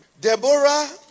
Deborah